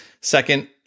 Second